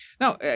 Now